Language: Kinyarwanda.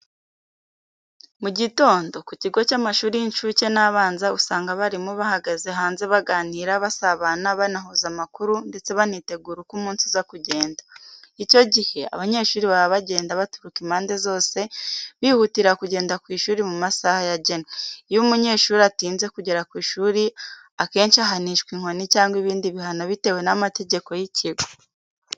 Mu gitondo, ku kigo cy’amashuri y’incuke n'abanza, usanga abarimu bahagaze hanze baganira, basabana, banahuza amakuru ndetse banitegura uko umunsi uza kugenda. Icyo gihe, abanyeshuri baba bagenda baturuka impande zose, bihutira kugera ku ishuri mu masaha yagenwe. Iyo umunyeshuri atinze kugera ku ishuri, akenshi ahanishwa inkoni cyangwa ibindi bihano bitewe n’amategeko y’ikigo.